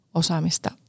osaamista